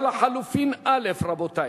הסתייגות מס' 9, רבותי.